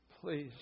Please